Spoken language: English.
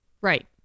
Right